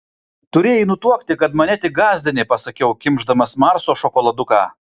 turėjai nutuokti kad mane tik gąsdini pasakiau kimš damas marso šokoladuką